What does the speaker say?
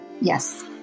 Yes